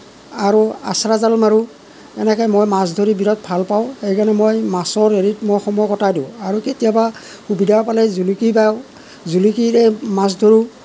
আৰু আশ্ৰা জাল মাৰোঁ এনেকৈ মই মাছ ধৰি বিৰাট ভাল পাওঁ সেইকাৰণে মই মাছৰ হেৰিত মই সময় কটাই দিওঁ আৰু কেতিয়াবা সুবিধা পালে জুলুকি বাওঁ জুলুকিৰে মাছ ধৰোঁ